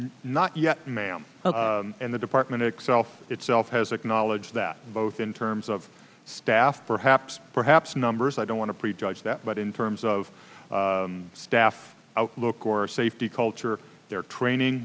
not yet ma'am and the department excel itself has acknowledged that both in terms of staff perhaps perhaps numbers i don't want to prejudge that but in terms of staff outlook or safety culture their training